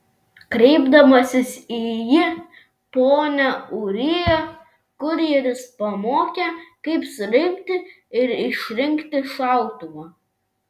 kreipdamasis į jį pone ūrija kurjeris pamokė kaip surinkti ir išrinkti šautuvą